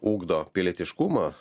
ugdo pilietiškumą